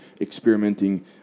experimenting